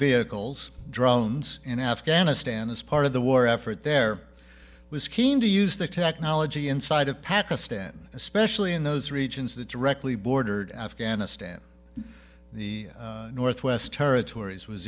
vehicles drones in afghanistan as part of the war effort there was keen to use the technology inside of pakistan especially in those regions that directly bordered afghanistan the northwest territories was